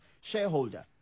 shareholder